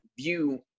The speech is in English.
view